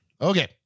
Okay